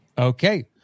Okay